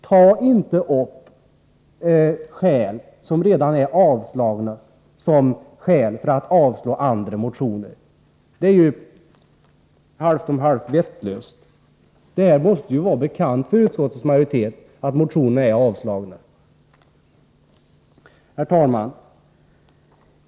Ta inte dessa motioner, som redan är avslagna, som skäl för att avslå andra motioner — det är ju halvt om halvt vettlöst! Det måste ju vara bekant för utskottets majoritet att motionerna är avslagna. Herr talman!